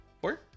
Four